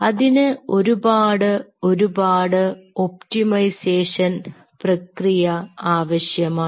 അതിന് ഒരുപാട് ഒരുപാട് ഒപ്റ്റിമൈസേഷൻ പ്രക്രിയ ആവശ്യമാണ്